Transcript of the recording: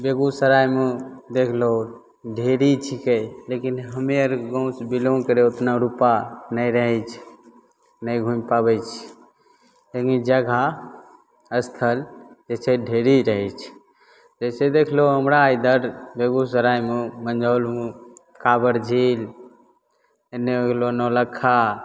बेगूसरायमे देखि लहो ढेरी छिकै लेकिन हमे आओर गामसे बिलॉन्ग करै ओतना रुपा नहि रहै छै नहि घुमि पाबै छी लेकिन जगह अस्थल जे छै ढेरी रहै छै जइसे देखि लहो हमरा ईधर बेगूसरायमे मँझौलमे काँवड़ झील एन्ने होइ गेलऽ नओलक्खा